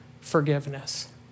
forgiveness